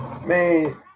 Man